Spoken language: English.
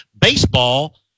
baseball